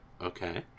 okay